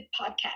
podcast